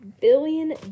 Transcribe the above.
billion